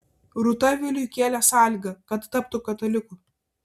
rūta viliui kėlė sąlygą kad taptų kataliku